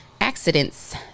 accidents